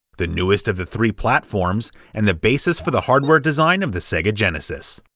the newest of the three platforms and the basis for the hardware design of the sega genesis.